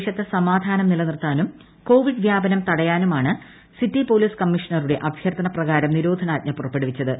പ്രദേശത്ത് സമാധാനം നിലനിർത്താനും കോവിഡ് വ്യാപനം തടയാനുമാണ് സിറ്റി പൊലീസ് കമ്മീഷണറുടെ അഭ്യർത്ഥന പ്രകാരം നിരോധനാജ്ഞ പുറപ്പെടുവിച്ചത്